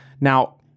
Now